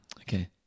Okay